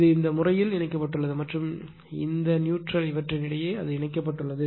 இது இந்த முறையில் இணைக்கப்பட்டுள்ளது மற்றும் இந்த இந்த நியூட்ரல் இவற்றின் இடையே அது இணைக்கப்பட்டுள்ளது